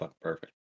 Perfect